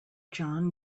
john